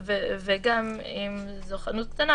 גם אם זו חנות קטנה,